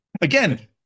Again